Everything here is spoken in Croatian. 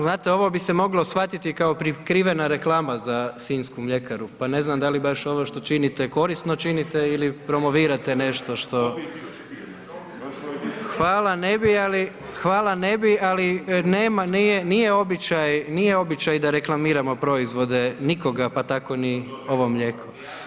Znate ovo bi se moglo shvatiti kao prikrivena reklama za sinjsku mljekara, pa ne znam da li baš ovo što činite korisno činite ili promovirate nešto što. … [[Upadica se ne čuje.]] Hvala ne bi, ali nema, nije običaj da reklamiramo proizvode, nikoga, pa tako ni ovo mlijeko.